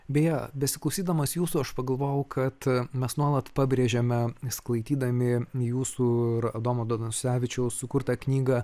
beje besiklausydamas jūsų aš pagalvojau kad mes nuolat pabrėžiame sklaidydami jūsų ir adomo danusevičiaus sukurtą knygą